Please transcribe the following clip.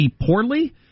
poorly